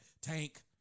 tank